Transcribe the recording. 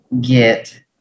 get